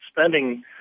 spending